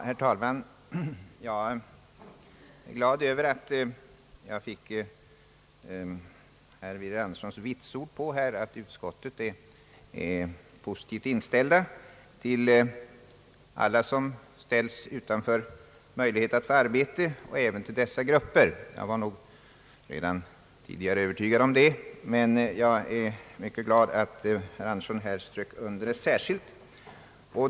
Herr talman! Jag är glad över att jag fick herr Birger Anderssons vitsord på att utskottet är positivt inställt till alla som blir utan arbete, således även dessa fiskare. Jag var nog redan tidigare övertygad om det, men jag är glad att herr Andersson strök under det särskilt.